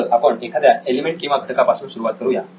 तर आपण एखाद्या एलिमेंट किंवा घटका पासून सुरुवात करुया